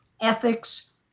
Ethics